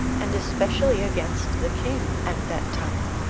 and especially against the king, at that time.